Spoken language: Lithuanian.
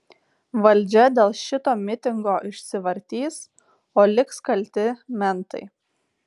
valdžia dėl šito mitingo išsivartys o liks kalti mentai